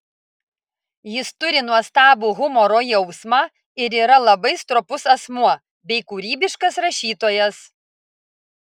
jis turi nuostabų humoro jausmą ir yra labai stropus asmuo bei kūrybiškas rašytojas